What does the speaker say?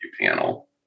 panel